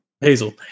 Hazel